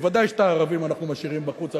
ודאי שאת הערבים אנחנו משאירים בחוץ.